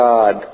God